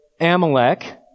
Amalek